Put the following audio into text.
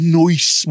noise